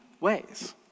ways